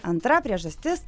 antra priežastis